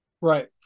Right